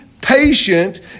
patient